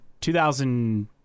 2000